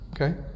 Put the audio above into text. Okay